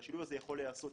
והשילוב הזה יכול להיעשות,